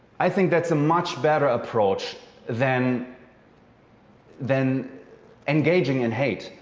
i think that's a much better approach than than engaging in hate.